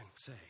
say